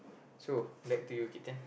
so back to you Keaton